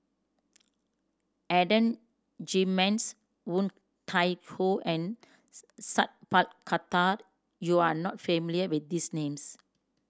Adan Jimenez Woon Tai Ho and Sat Pal Khattar you are not familiar with these names